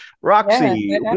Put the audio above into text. Roxy